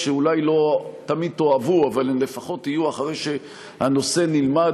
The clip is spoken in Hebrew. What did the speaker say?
שאני אולי אבוא ואנחש על מה אתה רוצה לדבר